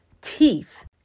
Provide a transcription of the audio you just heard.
teeth